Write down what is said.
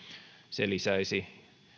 se lisäisi